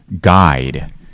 guide